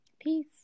Peace